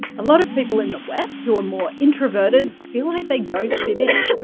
a lot of people in the west who are more introverted feel like they don't fit in,